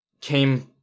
came